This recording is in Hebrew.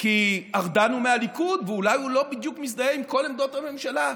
כי ארדן הוא מהליכוד ואולי הוא לא בדיוק מזדהה עם כל עמדות הממשלה.